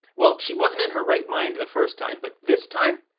well, she wasn't in her right mind the first time, but this time,